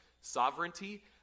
sovereignty